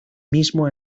mismo